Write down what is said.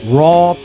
raw